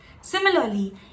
similarly